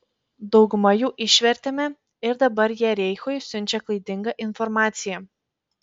daugumą jų išvertėme ir dabar jie reichui siunčia klaidingą informaciją